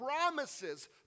promises